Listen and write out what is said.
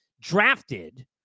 drafted